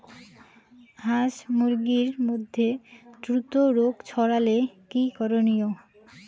হাস মুরগির মধ্যে দ্রুত রোগ ছড়ালে কি করণীয়?